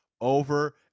over